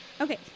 Okay